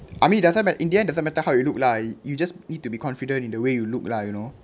I mean it doesn't mat~ in the end it doesn't matter how you look like you just need to be confident in the way you look like you know